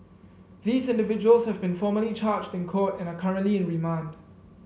these individuals have been formally charged in court and are currently in remand